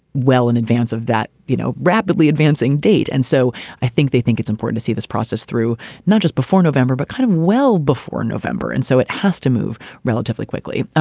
well, in advance of that, you know, rapidly advancing date. and so i think they think it's important to see this process through not just before november, but kind of well before november. and so it has to move relatively quickly.